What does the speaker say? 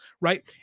right